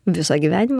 visą gyvenimą